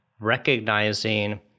recognizing